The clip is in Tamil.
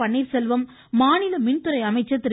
பன்னீர்செல்வம் மாநில மின்துறை அமைச்சர் திரு